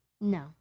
No